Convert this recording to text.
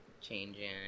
changing